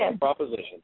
propositions